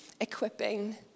equipping